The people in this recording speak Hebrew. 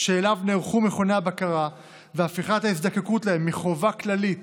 שאליו נערכו מכוני הבקרה בהפיכת ההזדקקות להם מחובה כללית